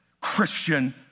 Christian